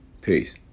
Peace